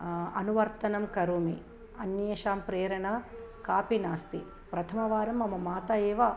अनुवर्तनं करोमि अन्येषां प्रेरणा कापि नास्ति प्रथमवारं मम माता एव